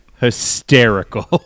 hysterical